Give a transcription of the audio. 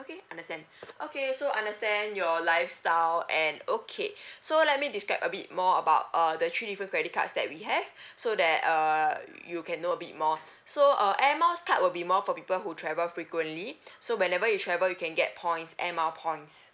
okay understand okay so understand your lifestyle and okay so let me describe a bit more about uh the three different credit cards that we have so that uh you can know a bit more so uh air miles card will be more for people who travel frequently so whenever you travel you can get points air mile points